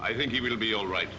i think he will be all right